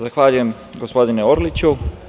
Zahvaljujem, gospodine Orliću.